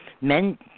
men